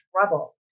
trouble